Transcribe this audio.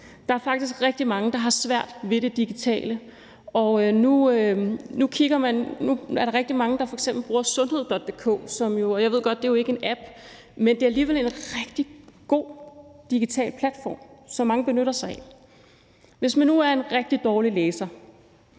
Der er faktisk rigtig mange, der har svært ved det digitale. Nu er der rigtig mange, der f.eks. bruger sundhed.dk. Jeg ved godt, at det ikke er en app, men det er alligevel en rigtig god digital platform, som mange benytter sig af. Hvis man nu er en rigtig dårlig læser